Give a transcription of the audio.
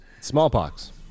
Smallpox